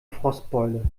frostbeule